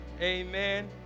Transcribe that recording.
Amen